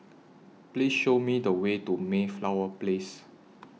Please Show Me The Way to Mayflower Place